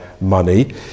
money